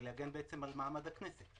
זה להגן על מעמד הכנסת.